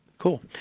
Cool